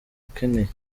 ukeneye